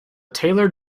taylor